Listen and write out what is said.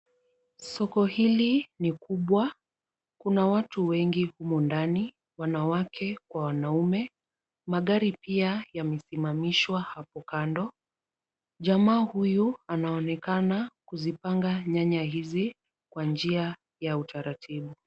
Soko hili ni kubwa. Kuna watu wengi humo ndani, wanawake kwa wanaume. Magari pia yamesimamishwa hapo kando. Jamaa huyu anaonekana kuzipanga nyanya hizi kwa njia ya utaratibu.